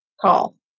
call